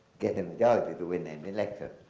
get a majority to win an election.